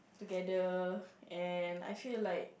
together and I feel like